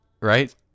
Right